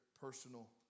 personal